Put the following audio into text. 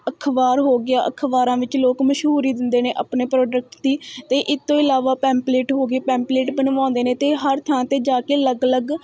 ਅਖਬਾਰ ਹੋ ਗਿਆ ਅਖਬਾਰਾਂ ਵਿੱਚ ਲੋਕ ਮਸ਼ਹੂਰੀ ਦਿੰਦੇ ਨੇ ਆਪਣੇ ਪ੍ਰੋਡਕਟ ਦੀ ਅਤੇ ਇਸ ਤੋਂ ਇਲਾਵਾ ਪੈਪਲੇਟ ਹੋ ਗਈ ਪੈਂਪਲੇਟ ਬਣਵਾਉਂਦੇ ਨੇ ਅਤੇ ਹਰ ਥਾਂ 'ਤੇ ਜਾ ਕੇ ਅਲੱਗ ਅਲੱਗ